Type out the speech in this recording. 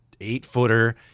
eight-footer